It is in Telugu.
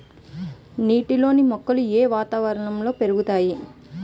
నీటిలోని మొక్కలు ఏ వాతావరణంలో పెరుగుతాయి?